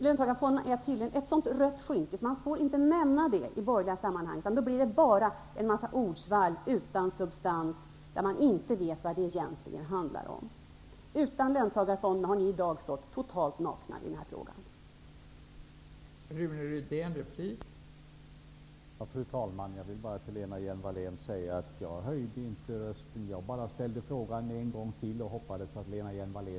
Löntagarfonderna är tydligen ett så rött skynke för de borgerliga att man inte får nämna dem. Gör man det, blir det från borgerligt håll bara en massa ordsvall utan substans, tal som man inte vet vad det egentligen handlar om. Utan löntagarfonderna hade ni i dag stått totalt nakna i frågan om pengar till forskningen.